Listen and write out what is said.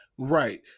Right